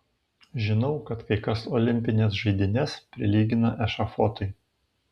žinau kad kai kas olimpines žaidynes prilygina ešafotui